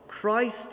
Christ